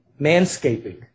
manscaping